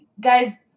Guys